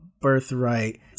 birthright